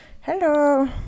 hello